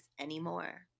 anymore